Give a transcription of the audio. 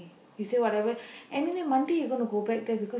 you say whatever anyway Monday you gonna go back there because